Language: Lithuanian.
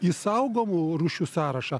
į saugomų rūšių sąrašą